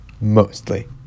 Mostly